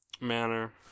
manner